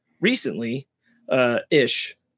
recently-ish